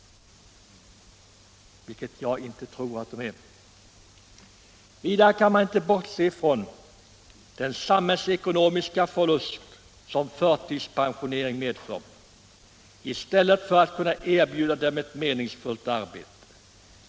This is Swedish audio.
Jag tror inte det. Man kan inte bortse från den samhällsekonomiska förlust som förtidspensionering medför i jämförelse med om man kunde erbjuda de handikappade ett meningsfullt arbete.